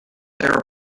error